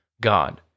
God